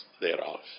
thereof